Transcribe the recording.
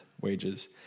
wages